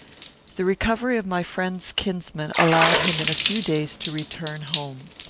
the recovery of my friend's kinsman allowed him in a few days to return home.